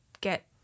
get